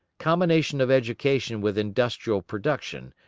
combination of education with industrial production,